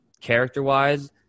character-wise